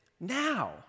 now